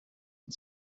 and